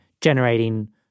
generating